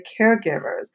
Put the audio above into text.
caregivers